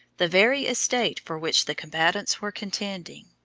the very estate for which the combatants were contending.